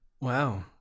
Wow